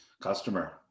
customer